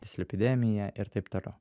dislipidemiją ir taip toliau